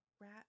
Rat